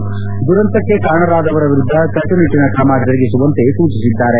ಈ ದುರಂತಕ್ಕೆ ಕಾರಣರಾದವರ ವಿರುದ್ದ ಕಟ್ಟುನಿಟ್ಟಿನ ಕ್ರಮ ಜರುಗಿಸುವಂತೆ ಸೂಚಿಸಿದ್ದಾರೆ